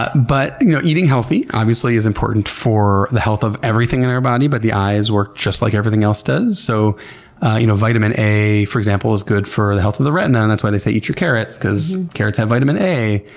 but but you know, eating healthy, obviously is important for the health of everything in our body, and but the eyes work just like everything else does. so you know vitamin a, for example, is good for the health of the retina, and that's why they say eat your carrots because carrots have vitamin a.